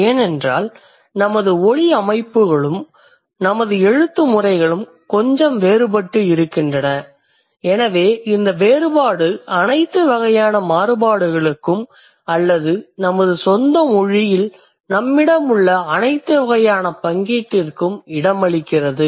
ஏனென்றால் நமது ஒலி அமைப்புகளும் நமது எழுத்து முறைகளும் கொஞ்சம் வேறுபட்டு இருக்கின்றன எனவே இந்த வேறுபாடு அனைத்து வகையான மாறுபாடுகளுக்கும் அல்லது நமது சொந்த மொழியில் நம்மிடம் உள்ள அனைத்து வகையான பங்கீட்டிற்கும் இடமளிக்கிறது